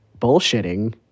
bullshitting